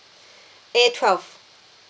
A twelve